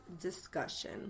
discussion